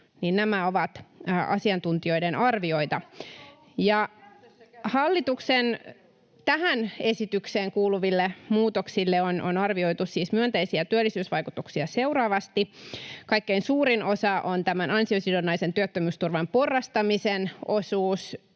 nämä ovat asiantuntijoiden arvioita. [Krista Kiurun välihuuto] Hallituksen tähän esitykseen kuuluville muutoksille on arvioitu siis myönteisiä työllisyysvaikutuksia seuraavasti: Kaikkein suurin osa on ansiosidonnaisen työttömyysturvan porrastamisen osuus,